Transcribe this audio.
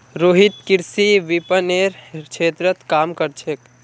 रोहित कृषि विपणनेर क्षेत्रत काम कर छेक